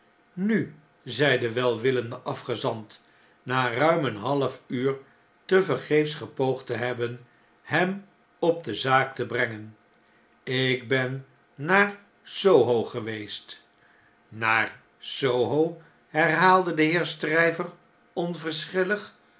nu zei de welwillende afgezant na ruim een half uur tevergeefs gepoogd te hebben hem op de zaak te brengen ik ben naar s o h o geweest naar s o h o herhaalde de heer stryveronverschillig